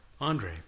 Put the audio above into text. Andre